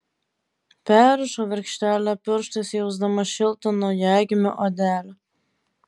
perrišau virkštelę pirštais jausdama šiltą naujagimio odelę